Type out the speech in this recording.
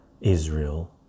Israel